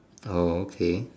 oh okay